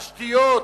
תשתיות,